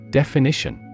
definition